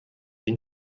ihn